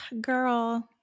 Girl